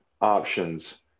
options